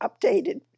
updated